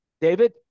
David